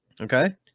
Okay